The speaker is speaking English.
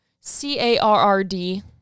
C-A-R-R-D-